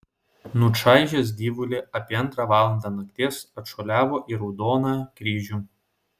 nučaižęs gyvulį apie antrą valandą nakties atšuoliavo į raudoną kryžių